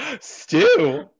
Stew